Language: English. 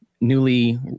newly